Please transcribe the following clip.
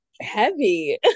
heavy